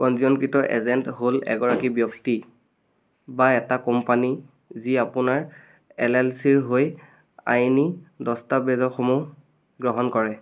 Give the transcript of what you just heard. পঞ্জীয়নকৃত agent হ'ল এগৰাকী ব্যক্তি বা এটা কোম্পানী যি আপোনাৰ এল এল চিৰ হৈ আইনী দস্তাবেজসমূহ গ্ৰহণ কৰে